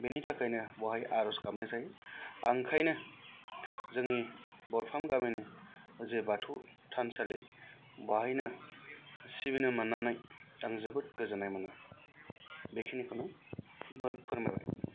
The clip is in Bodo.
बेनि थाखायनो बेहाय आर'ज गाबनाय जायो आं ओंखायनो जोंनि दरफ्रोम गामिनि जे बाथौ थानसालि बेहायनो सिबिनो मोन्नानै आं जोबोद गोजोन्नाय मोनो बेखिनिखौनो फोरमायबाय